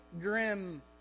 grim